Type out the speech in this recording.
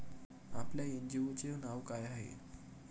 आपल्या एन.जी.ओ चे नाव काय आहे?